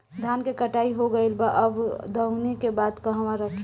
धान के कटाई हो गइल बा अब दवनि के बाद कहवा रखी?